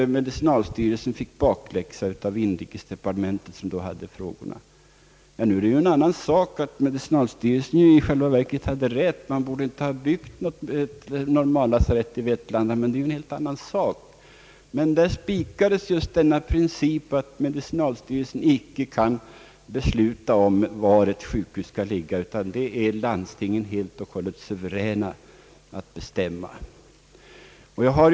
Medicinalstyrelsen fick bakläxa av inrikesdepartementet som då hade hand om dessa frågor. Sedan är det en annan sak att medicinalstyrelsen i själva verket hade rätt — man borde inte ha förlagt ett normallasarett till Vetlanda — men principen fastslogs att medicinalstyrelsen icke skall befatta sig med var ett lasarett skall ligga. Landstingen är suveräna att bestämma sådana saker.